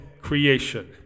creation